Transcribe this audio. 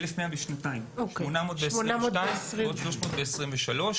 800 ב-2022 ועוד 300 ב-2023,